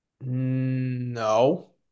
no